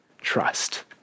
Trust